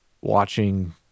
watching